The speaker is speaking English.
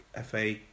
FA